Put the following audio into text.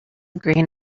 grain